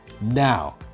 now